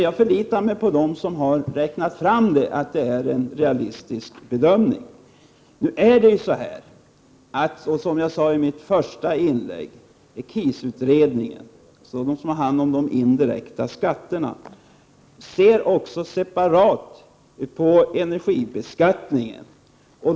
Jag förlitar mig emellertid på att de som har räknat fram detta har gjort en realistisk bedömning. Som jag sade i mitt första inlägg skall KIS-utredningen, som utreder de indirekta skatterna, studera energibeskattningen separat.